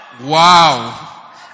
Wow